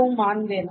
को मान देना